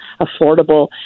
affordable